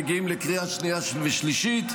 מגיעים לקריאה שנייה ושלישית,